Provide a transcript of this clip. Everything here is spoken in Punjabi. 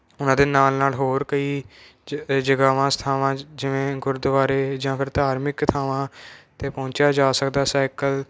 ਉਹਨਾਂ ਦੇ ਨਾਲ ਨਾਲ ਹੋਰ ਕਈ ਜ ਜਗਾਵਾਂ ਸਥਾਵਾਂ ਜਿਵੇਂ ਗੁਰਦੁਆਰੇ ਜਾਂ ਫਿਰ ਧਾਰਮਿਕ ਥਾਵਾਂ 'ਤੇ ਪਹੁੰਚਿਆ ਜਾ ਸਕਦਾ ਸਾਈਕਲ